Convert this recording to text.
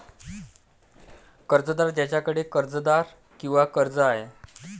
कर्जदार ज्याच्याकडे कर्जदार किंवा कर्ज आहे